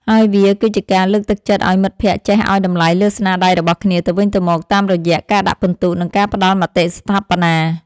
ហើយវាគឺជាការលើកទឹកចិត្តឱ្យមិត្តភក្តិចេះឱ្យតម្លៃលើស្នាដៃរបស់គ្នាទៅវិញទៅមកតាមរយៈការដាក់ពិន្ទុ និងការផ្ដល់មតិស្ថាបនា។